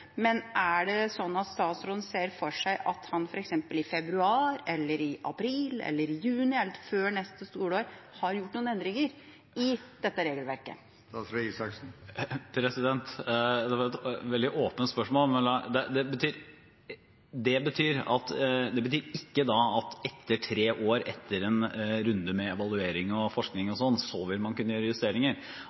Men ser statsråden for seg at han f.eks. i februar eller i april eller i juni eller før neste skoleår har gjort noen endringer i dette regelverket? Det var et veldig åpent spørsmål. Men det betyr ikke at etter tre år, etter en runde med evaluering og forskning og slikt, så vil man kunne gjøre justeringer.